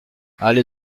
allée